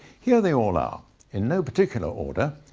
here they all are in no particular order,